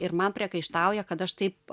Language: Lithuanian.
ir man priekaištauja kad aš taip